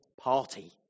party